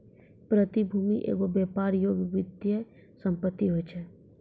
प्रतिभूति एगो व्यापार योग्य वित्तीय सम्पति होय छै